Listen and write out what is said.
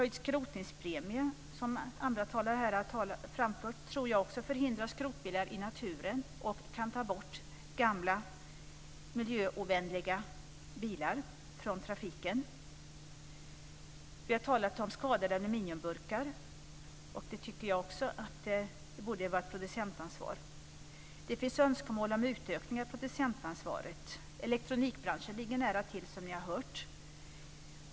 Jag tror också att en höjd skrotningspremie förhindrar skrotbilar i naturen och innebär också att gamla miljöovänliga bilar tas bort ur trafiken. Vi har talat om skadade aluminiumburkar. Det borde också vara ett producentansvar. Det finns önskemål om utökningar av producentansvaret. Som ni har hört ligger elektronikbranschen nära till.